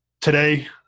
Today